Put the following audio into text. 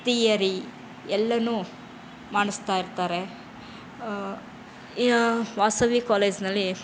theory ಎಲ್ಲಾ ಮಾಡಿಸ್ತಾ ಇರ್ತಾರೆ ಯ ವಾಸವಿ ಕಾಲೇಜಿನಲ್ಲಿ